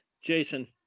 Jason